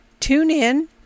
TuneIn